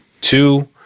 two